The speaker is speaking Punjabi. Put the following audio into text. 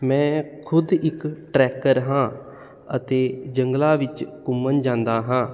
ਮੈਂ ਖੁਦ ਇੱਕ ਟਰੈਕਰ ਹਾਂ ਅਤੇ ਜੰਗਲਾਂ ਵਿੱਚ ਘੁੰਮਣ ਜਾਂਦਾ ਹਾਂ